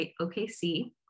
OKC